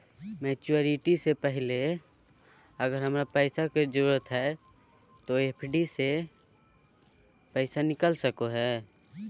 Maturity से पहले अगर हमरा पैसा के जरूरत है तो एफडी के पैसा निकल सको है?